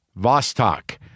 Vostok